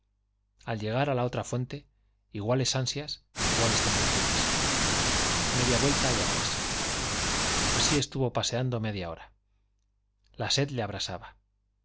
al llegar a la otra fuente iguales ansias iguales tentaciones media vuelta y atrás así estuvo paseando media hora la sed le abrasaba